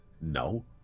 No